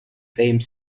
same